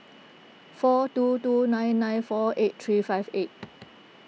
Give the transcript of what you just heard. four two two nine nine four eight three five eight